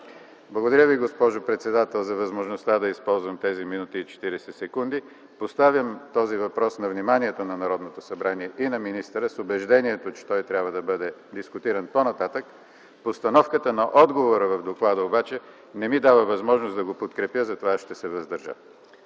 Благодаря Ви, госпожо председател, за възможността да използвам тези минута и 40 секунди. Поставям този въпрос на вниманието на Народното събрание и на министъра с убеждението, че той трябва да бъде дискутиран по-нататък. Постановката на отговора в доклада обаче не ми дава възможност да го подкрепя, затова ще се въздържа.